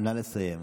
נא לסיים.